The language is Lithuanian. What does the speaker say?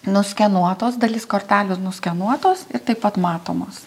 nuskenuotos dalis kortelių nuskenuotos ir taip pat matomos